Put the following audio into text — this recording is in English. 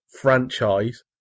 franchise